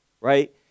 right